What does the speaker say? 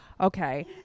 okay